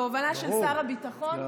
בהובלה של שר הביטחון,